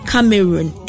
Cameroon